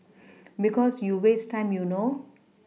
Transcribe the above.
because you waste time you know